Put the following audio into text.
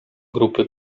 grupy